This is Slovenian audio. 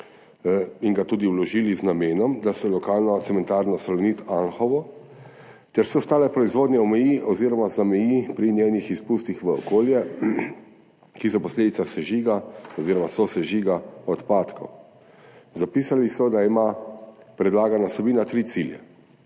in ga tudi vložili z namenom, da se lokalno cementarno Salonit Anhovo ter vse ostale proizvodnje omeji oziroma zameji pri izpustih v okolje, ki so posledica sežiga oziroma sosežiga odpadkov. Zapisali so, da ima predlagana vsebina tri cilje: